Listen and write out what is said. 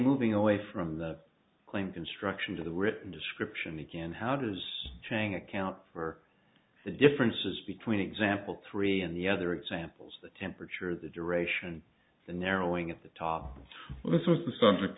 moving away from the claim construction to the written description again how does trying to account for the differences between example three and the other examples the temperature the duration the narrowing at the top this was the subject